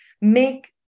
make